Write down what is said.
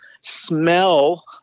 smell